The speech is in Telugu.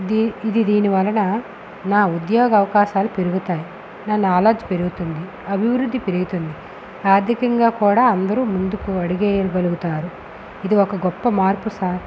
ఇది ఇది దీని వలన నా ఉద్యోగ అవకాశాలు పెరుగుతాయి నా నాలెడ్జ్ పెరుగుతుంది అభివృద్ధి పెరుగుతుంది ఆర్థికంగా కూడా అందరూ ముందుకు అడుగేయగలుగుతారు ఇది ఒక గొప్ప మార్పు సార్